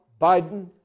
Biden